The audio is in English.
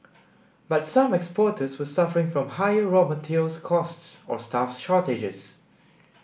but some exporters were suffering from higher raw materials costs or staff shortages